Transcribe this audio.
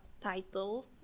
title